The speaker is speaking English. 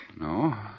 No